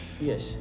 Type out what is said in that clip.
yes